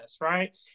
right